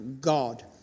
God